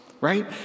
Right